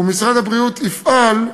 ומשרד הבריאות יפעל,